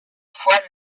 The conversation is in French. foi